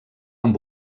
amb